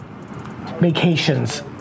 vacations